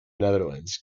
netherlands